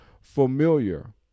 familiar